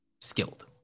skilled